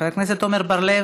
חבר הכנסת עמר בר-לב,